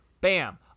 bam